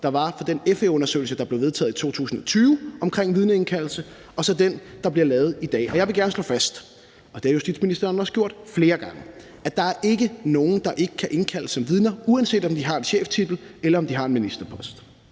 der var for den FE-undersøgelse, der blev vedtaget i 2020 omkring vidneindkaldelse, og så den, der bliver lavet i dag. Og jeg vil gerne slå fast, og det har justitsministeren også gjort flere gange, at der ikke er nogen, der ikke kan indkaldes som vidner, uanset om de har en cheftitel eller om de har en ministerpost.